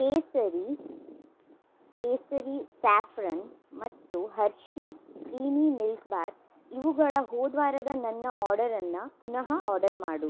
ಕೇಸರಿ ಕೇಸರಿ ಸ್ಯಾಫ್ರನ್ ಮತ್ತು Hershey's creamy milk bar ಇವುಗಳ ಹೋದ ವಾರದ ನನ್ನ ಆರ್ಡರನ್ನು ಪುನಃ ಆರ್ಡರ್ ಮಾಡು